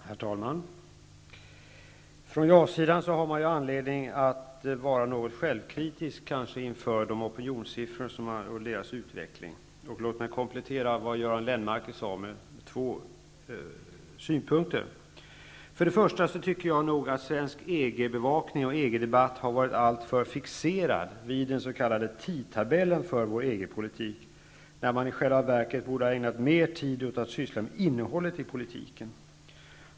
Herr talman! Från ja-sidan har maj ju anledning att vara något självkritisk inför opinionssiffrornas utveckling. Låt mig med två synpunkter komplettera det som För det första tycker jag nog att svensk EG bevakning och EG-debatt har varit alltför fixerad vid den s.k. tidtabellen för vår EG-politik. I själva verket borde man ha ägnat mer tid åt att syssla med innehållet i politiken.